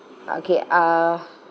okay uh